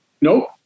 Nope